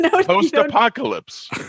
Post-apocalypse